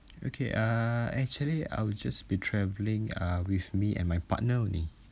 okay uh actually I will just be travelling uh with me and my partner only